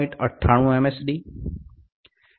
D 0